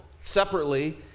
separately